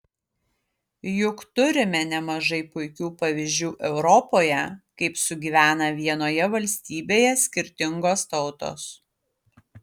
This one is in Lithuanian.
juk turime nemažai puikių pavyzdžių europoje kaip sugyvena vienoje valstybėje skirtingos tautos